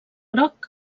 groc